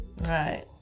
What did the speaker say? Right